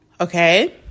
Okay